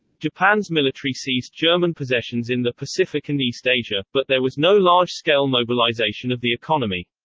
japan's military seized german possessions in the pacific and east asia. but there was no large-scale mobilization of the economy.